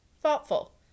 thoughtful